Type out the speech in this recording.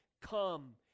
come